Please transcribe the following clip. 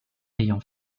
ayant